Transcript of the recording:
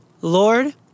Lord